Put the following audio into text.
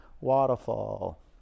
Waterfall